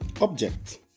Object